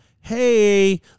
hey